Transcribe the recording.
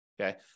okay